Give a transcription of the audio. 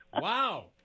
Wow